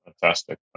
Fantastic